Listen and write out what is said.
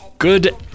Good